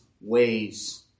ways